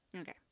Okay